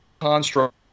construct